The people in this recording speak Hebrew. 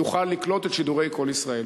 יוכל לקלוט את שידורי "קול ישראל".